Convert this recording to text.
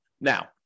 Now